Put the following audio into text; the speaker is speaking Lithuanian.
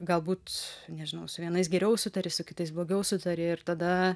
galbūt nežinau su vienais geriau sutari su kitais blogiau sutari ir tada